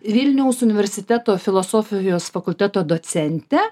vilniaus universiteto filosofijos fakulteto docentę